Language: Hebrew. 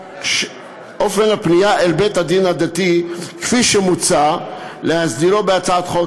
אופן הפנייה אל בית-הדין הדתי כפי שמוצע להסדירו בהצעת חוק